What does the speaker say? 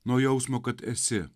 nuo jausmo kad esi